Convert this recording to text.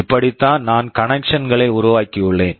இப்படித்தான் நான் connections connections களை உருவாக்கியுள்ளேன்